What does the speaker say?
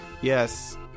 Yes